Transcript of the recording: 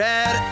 Red